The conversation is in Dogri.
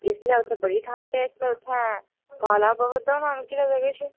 इसलै उत्थै बड़ी ठंड़ ऐ इसलै उत्थै पाला पवा दा होना मिगी लग्गा दा किश